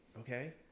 okay